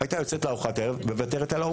היא הייתה יוצאת לארוחת ערב ומוותרת על העוגה.